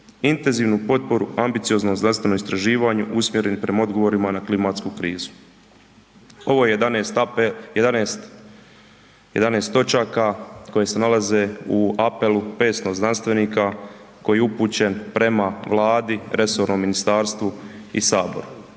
Intenzivnu potporu ambicioznom znanstvenom istraživanju usmjereni prema odgovorima na klimatsku krizu. Ovo je 11 apel, 11 točaka koje se nalaze u apelu 500 znanstvenika koji je upućen prema Vladi, resornom ministarstvu i saboru.